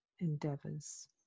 endeavors